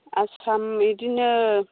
आसाम बिदिनो